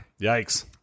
Yikes